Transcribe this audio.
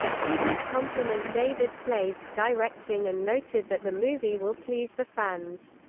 he did compliment david slade's directing and noted that the movie will please the fans.